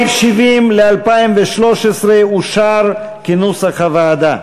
סעיף 70, ל-2013, אושר כנוסח הוועדה.